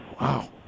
wow